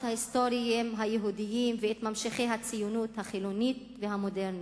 ההיסטוריים היהודים וממשיכי הציונות החילונית והמודרנית.